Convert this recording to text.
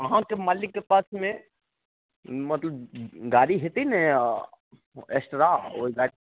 अहाँके मालिकके पासमे मतलब गाड़ी हेतै ने एक्स्ट्रा ओइ गाड़ी